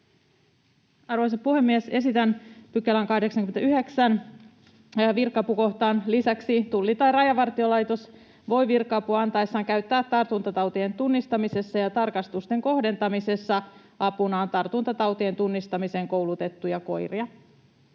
koronakoirien hyödyntämisen ja sen, että Tulli tai Rajavartiolaitos voisi virka-apua antaessaan käyttää tartuntatautien tunnistamisessa ja tarkastusten kohdentamisessa apunaan tartuntatautien tunnistamiseen koulutettuja koiria.